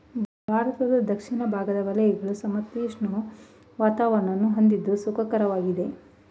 ಭಾರತದ ದಕ್ಷಿಣ ಭಾಗದ ವಲಯಗಳು ಸಮಶೀತೋಷ್ಣ ವಾತಾವರಣವನ್ನು ಹೊಂದಿದ್ದು ಸುಖಕರವಾಗಿದೆ